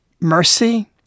mercy